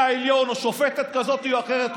שופטת כזאת או אחרת,